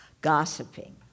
Gossiping